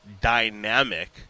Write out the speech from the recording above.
dynamic